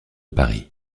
paris